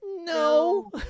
no